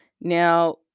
now